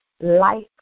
Life